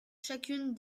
chacune